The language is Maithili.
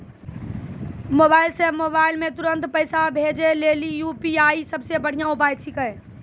मोबाइल से मोबाइल मे तुरन्त पैसा भेजे लेली यू.पी.आई सबसे बढ़िया उपाय छिकै